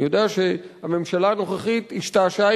אני יודע שהממשלה הנוכחית השתעשעה